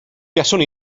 buaswn